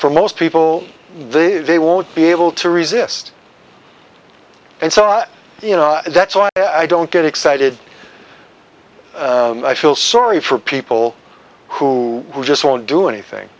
for most people they won't be able to resist and so you know that's why i don't get excited i feel sorry for people who just won't do anything